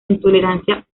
intolerancia